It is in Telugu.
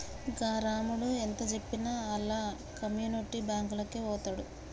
గా రామడు ఎంతజెప్పినా ఆళ్ల కమ్యునిటీ బాంకులకే వోతడు